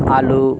আলু